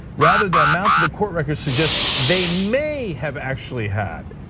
rather than amount the court records suggest, they may have actually had.